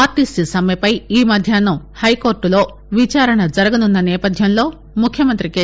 RTC సమ్మెపై ఈ మధ్యాహ్నం హైకోర్టలో విచారణ జరగనున్న నేపథ్యంలో ముఖ్యమంత్రి కె